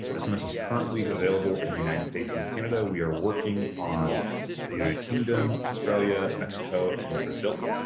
so sms is currently available and united states and canada. we are working on united kingdom, australia, mexico and brazil.